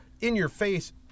in-your-face